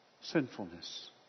sinfulness